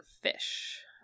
Fish